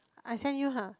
I sent you ha